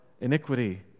iniquity